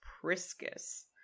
Priscus